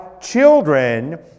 children